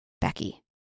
Becky